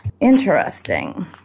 Interesting